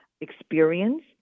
experience